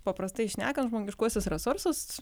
paprastai šnekant žmogiškuosius resursus